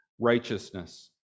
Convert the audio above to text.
righteousness